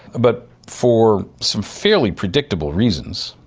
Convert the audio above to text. but for some fairly predictable reasons,